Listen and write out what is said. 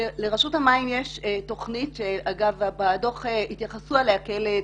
לרשות המים יש תוכנית ובדוח התייחסו אליה כאל תוכנית.